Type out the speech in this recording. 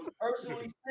personally